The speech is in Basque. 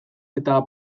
eta